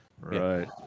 Right